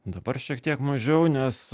dabar šiek tiek mažiau nes